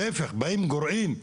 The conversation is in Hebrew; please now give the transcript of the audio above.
להיפך, גורעים.